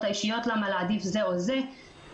האישיות למה להעדיף את זה או את זה,